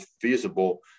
feasible